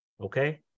okay